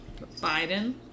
Biden